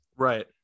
Right